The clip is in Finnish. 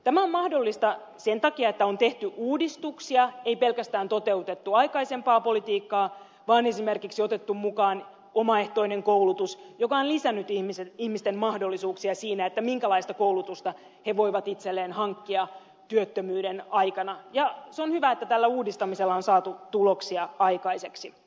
tämä on mahdollista sen takia että on tehty uudistuksia ei pelkästään toteutettu aikaisempaa politiikkaa vaan esimerkiksi otettu mukaan omaehtoinen koulutus joka on lisännyt ihmisten mahdollisuuksia siinä minkälaista koulutusta he voivat itselleen hankkia työttömyyden aikana ja se on hyvä että tällä uudistamisella on saatu tuloksia aikaiseksi